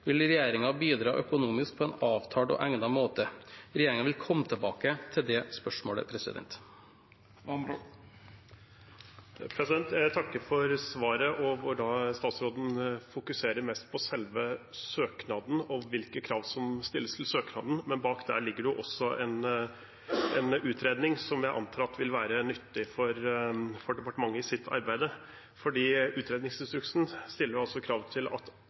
vil regjeringen bidra økonomisk på en avtalt og egnet måte. Regjeringen vil komme tilbake til dette spørsmålet. Jeg takker for svaret, hvor statsråden fokuserer mest på selve søknaden og hvilke krav som stilles til den. Men bak der ligger det også en utredning som jeg antar vil være nyttig for departementet i sitt arbeid, for utredningsinstruksen stiller krav til